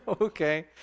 Okay